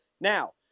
Now